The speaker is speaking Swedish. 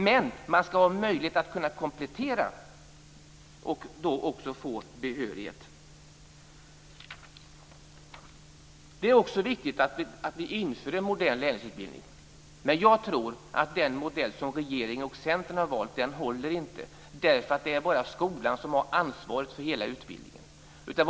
Men man skall ha möjlighet att kunna komplettera och då få behörighet. Det är också viktigt att vi inför en modern lärlingsutbildning. Jag tror att den modell som regeringen och Centern har valt inte håller därför att det bara är skolan som har ansvar för hela utbildningen.